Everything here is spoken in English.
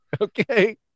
Okay